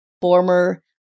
former